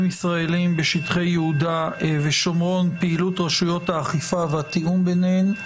ישראלים בשטחי יהודה ושומרון פעילות רשויות האכיפה והתיאום ביניהן.